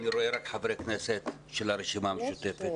אני רואה רק חברי כנסת שלל הרשימה המשותפת.